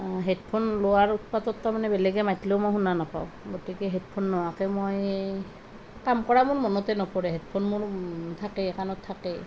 headphone লোৱাৰ উৎপাতত তাৰমানে বেলেগে মাতিলেও মই শুনা নাপাওঁ গতিকে হেডফ'ন নোহোৱাকে মই কাম কৰা মোৰ মনতে নপৰে হেডফ'ন মোৰ থাকেই কাণত থাকেই